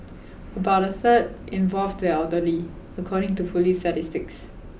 about a third involved the elderly according to police statistics